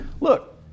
look